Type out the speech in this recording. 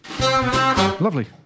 Lovely